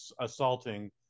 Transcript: assaulting